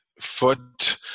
foot